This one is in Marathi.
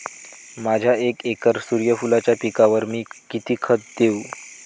माझ्या एक एकर सूर्यफुलाच्या पिकाक मी किती खत देवू?